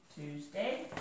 Tuesday